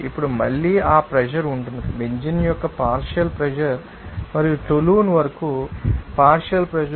ఇప్పుడు మళ్ళీ ఆ ప్రెషర్ ఉంటుంది బెంజీన్ యొక్క పార్షియల్ ప్రెషర్ మరియు టోలున్ వరకు పార్షియల్ ప్రెషర్